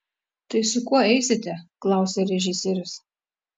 tai su kuo eisite klausia režisierius